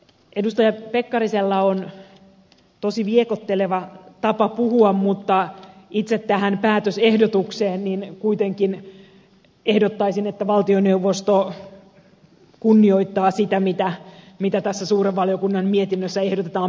edustaja pekkarisella on tosi viekoitteleva tapa puhua mutta itse tästä päätösehdotuksesta kuitenkin ehdottaisin että valtioneuvosto kunnioittaa sitä mitä tässä suuren valiokunnan mietinnössä ehdotetaan päätökseksi